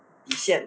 底线